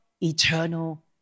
eternal